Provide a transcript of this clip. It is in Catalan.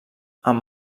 amb